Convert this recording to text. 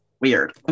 weird